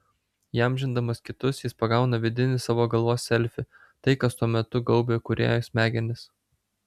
įamžindamas kitus jis pagauna vidinį savo galvos selfį tai kas tuo metu gaubia kūrėjo smegenis